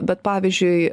bet pavyzdžiui